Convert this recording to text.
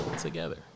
together